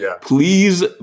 Please